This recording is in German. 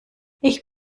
ich